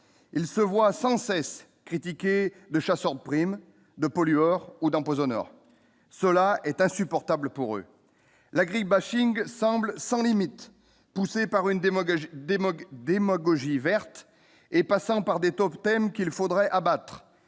il se voit sans cesse critiqué de chasseurs de primes de pollueurs ou d'empoisonneurs, cela est insupportable pour eux, la grille bashing semble sans limite, poussé par une démagogie des Moog démagogie verte et passant par des taupes, thème qu'il faudrait abattre